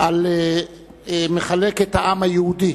על "מחלק את העם היהודי".